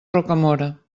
rocamora